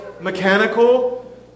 mechanical